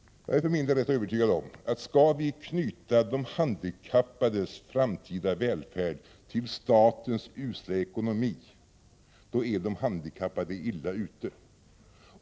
Jag är för min del övertygad om att de handikappade är illa ute, om vi skall knyta deras framtida välfärd till statens usla ekonomi.